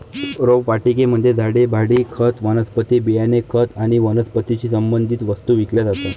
रोपवाटिकेमध्ये झाडे, भांडी, खत, वनस्पती बियाणे, खत आणि वनस्पतीशी संबंधित वस्तू विकल्या जातात